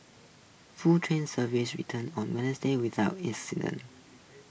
full train service return on Wednesday without incident